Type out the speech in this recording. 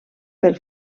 pel